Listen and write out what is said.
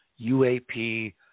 UAP